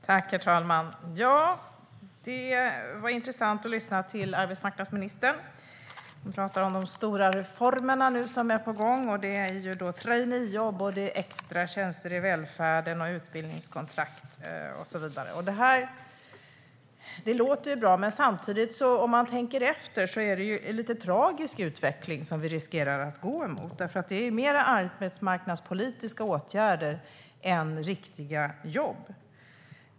Herr talman! Det var intressant att lyssna till arbetsmarknadsministern. Hon pratar om de stora reformer som nu är på gång. Det är traineejobb, extratjänster i välfärden, utbildningskontrakt och så vidare. Det låter bra. Men om man tänker efter är det en lite tragisk utveckling som vi riskerar att gå emot. Det är ju mer arbetsmarknadspolitiska åtgärder än riktiga jobb.